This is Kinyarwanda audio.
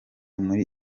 muri